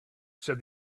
said